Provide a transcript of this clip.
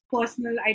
personal